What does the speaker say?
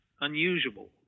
unusual